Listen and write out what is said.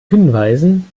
hinweisen